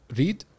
read